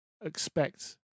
expect